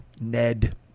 Ned